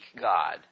God